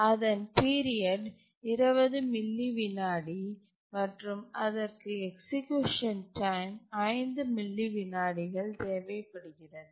அதன் period 20 milli விநாடி மற்றும் அதற்கு எக்சீக்யூசன் டைம் 5 மில்லி விநாடிகள் தேவைப்படுகிறது